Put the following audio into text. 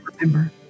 remember